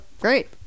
Great